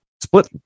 split